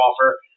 offer